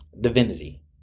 Divinity